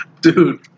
Dude